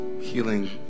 healing